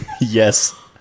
yes